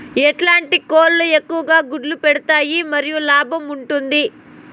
ఎట్లాంటి కోళ్ళు ఎక్కువగా గుడ్లు పెడతాయి మరియు లాభంగా ఉంటుంది?